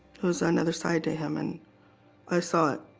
it was another side to him and i saw it.